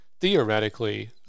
theoretically